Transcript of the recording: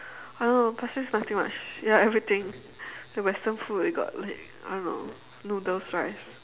I don't know pasir-ris nothing much ya everything the western food I got like I don't know noodles rice